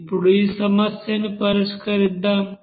ఇప్పుడు ఈ సమస్యను పరిష్కరిద్దాం